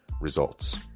results